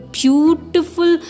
beautiful